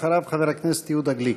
אחריו, חבר הכנסת יהודה גליק.